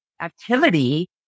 activity